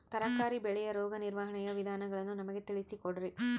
ತರಕಾರಿ ಬೆಳೆಯ ರೋಗ ನಿರ್ವಹಣೆಯ ವಿಧಾನಗಳನ್ನು ನಮಗೆ ತಿಳಿಸಿ ಕೊಡ್ರಿ?